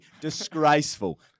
Disgraceful